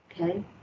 okay